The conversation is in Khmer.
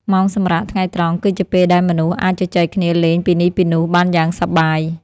ម៉ោងសម្រាកថ្ងៃត្រង់គឺជាពេលដែលមនុស្សអាចជជែកគ្នាលេងពីនេះពីនោះបានយ៉ាងសប្បាយ។